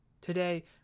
Today